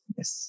Yes